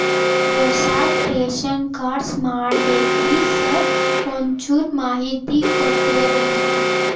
ಹೊಸದ್ ration card ಮಾಡ್ಬೇಕ್ರಿ sir ಒಂಚೂರ್ ಮಾಹಿತಿ ಕೊಡ್ತೇರೆನ್ರಿ?